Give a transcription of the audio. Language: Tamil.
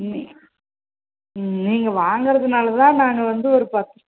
ம் ம் நீங்கள் வாங்குறதுனால தான் நாங்கள் வந்து ஒரு பத்